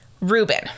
Reuben